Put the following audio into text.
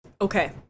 Okay